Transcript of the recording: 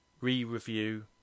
re-review